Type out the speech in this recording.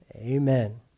Amen